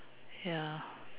ya